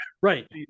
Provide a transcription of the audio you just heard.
Right